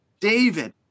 David